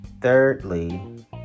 thirdly